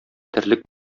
терлек